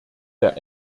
der